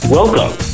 welcome